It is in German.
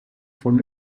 von